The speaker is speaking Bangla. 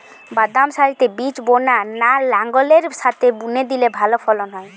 বাদাম সারিতে বীজ বোনা না লাঙ্গলের সাথে বুনে দিলে ভালো ফলন হয়?